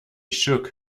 shook